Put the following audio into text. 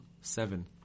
seven